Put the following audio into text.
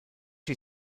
you